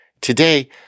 Today